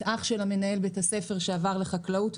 אח שלה מנהל בית הספר שעבר לחקלאות,